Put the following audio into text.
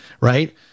right